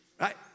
Right